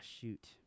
shoot